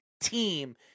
team